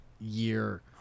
year